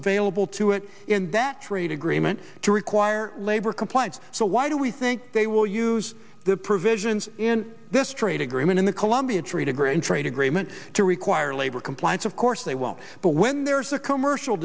available to it in that trade agreement to require labor compliance so why do we think they will use the provisions in this trade agreement in the colombia treat a grain trade agreement to require labor compliance of course they won't but when there's a commercial